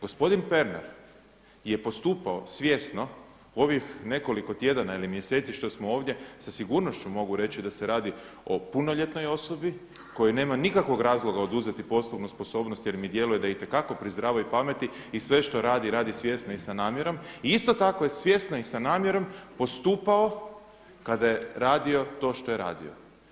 Gospodin Pernar je postupao svjesno u ovih nekoliko tjedana ili mjeseci što smo ovdje, sa sigurnošću mogu reći da se radi o punoljetnoj osobi kojoj nema nikakvog razloga oduzeti poslovnu sposobnost jer mi djeluje da je itekako pri zdravoj pameti i sve što radi radi svjesno i sa namjerom i isto tako je svjesno i sa namjerom postupao kada je radio to što je radio.